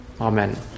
Amen